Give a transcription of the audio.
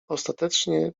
ostatecznie